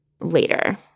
later